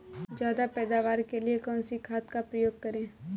ज्यादा पैदावार के लिए कौन सी खाद का प्रयोग करें?